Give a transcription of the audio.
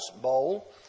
bowl